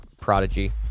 prodigy